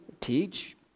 Teach